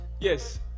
yes